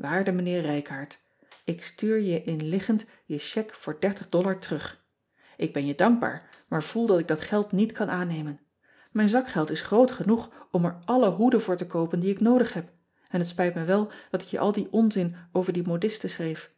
aarde ijnheer ijkaard k stuur je inliggend je chèque voor terug k ben je dankbaar maar voel dat ik dat geld niet kan aannemen ijn zakgeld is groot genoeg om er alle hoeden voor te koopen die ik noodig heb en het spijt me wel dat ik je al dien onzin over die modiste schreef